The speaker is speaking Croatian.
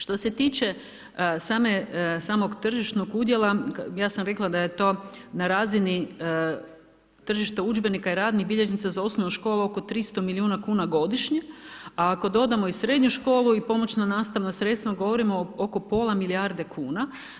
Što se tiče samog tržišnog udjela ja sam rekla da je to na razini tržišta udžbenika i radnih bilježnica za osnovnu školu oko 300 milijuna kuna godišnje, a ako dodamo i srednju školu i pomoćna nastavna sredstva, govorimo oko pola milijarde kuna.